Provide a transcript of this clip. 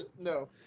No